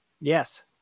yes